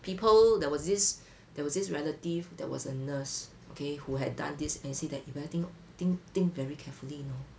people there was this there was this relative there was a nurse okay who had done this and say that you think think think very carefully know